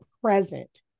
present